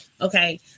Okay